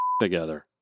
together